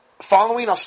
following